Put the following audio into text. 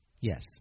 Yes